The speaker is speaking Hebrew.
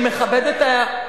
ציפי לבני,